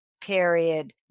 period